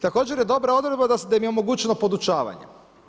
Također je dobra odredba da im je omogućeno podučavanje.